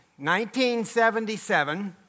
1977